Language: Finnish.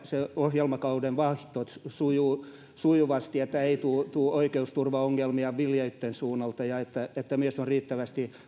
se ohjelmakauden vaihto sujuu sujuvasti että ei tule oikeusturvaongelmia viljelijöitten suunnalta ja että on myös riittävästi